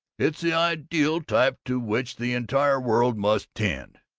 it's the ideal type to which the entire world must tend,